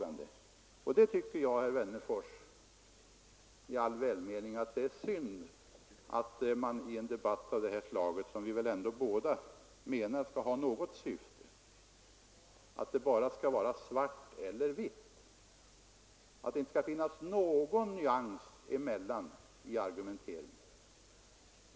I all välmening vill jag säga, herr Wennerfors, att jag tycker det är synd att det i en debatt av det här slaget, som vi väl båda menar skall ha något syfte, bara skall vara svart eller vitt, att det inte skall finnas några nyanser i argumenteringen.